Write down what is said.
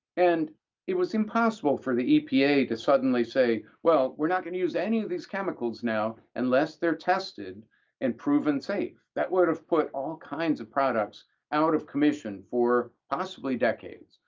and it was impossible for the epa to suddenly say, well, we're not going to use any of these chemicals now unless they're tested and proven safe. that would have put all kinds of products out of commission for possibly decades,